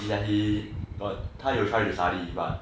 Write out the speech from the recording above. he like he got but 他有 try to study but